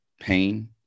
pain